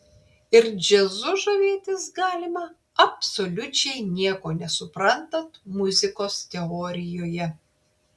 ir džiazu žavėtis galima absoliučiai nieko nesuprantant muzikos teorijoje